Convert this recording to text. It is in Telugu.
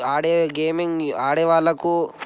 ఆడే గేమింగ్ ఆడే వాళ్ళకు